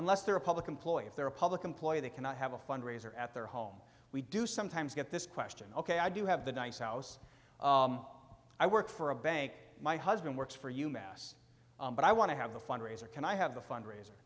unless they're a public employee if they're a public employee they cannot have a fundraiser at their home we do sometimes get this question ok i do have the nice house i work for a bank my husband works for you mass but i want to have a fundraiser can i have the fundraiser